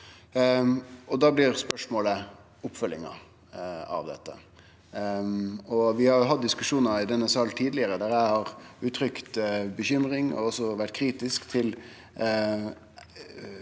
Da blir spørsmålet oppfølginga av dette. Vi har hatt diskusjonar i denne salen tidlegare, der eg har uttrykt bekymring og også vore kritisk til